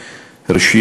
ראשית,